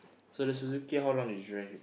so the Suzuki how long you drive it